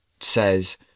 says